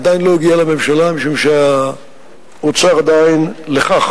עדיין לא הגיע לממשלה משום שהאוצר עדיין לא סיכם על כך